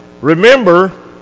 Remember